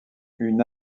une